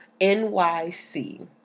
nyc